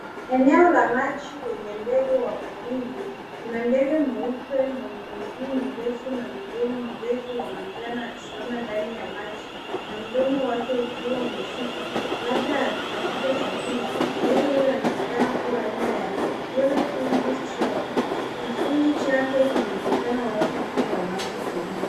Eneo la maji lenye ndege wa porini. Kuna ndege mweupe mwenye miguu mirefu na mdomo mrefu wa manjano akisimama ndani ya maji na mdomo wake ukiwa umeshuka labda akitafuta chakula. Ndege huyo anaonekana kuwa aina ya yellow-pilled stroke .Kivuli chake kinaonekana wazi juu ya maji tulivu.